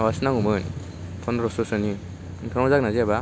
माबासो नांगौमोन पन्द्रश' सोनि नोंथांनाव जागोन ना जायाबा